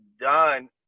done